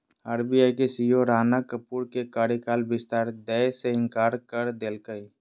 RBI के CEO Rana Kapoor के कार्यकाल विस्तार दय से इंकार कर देलकय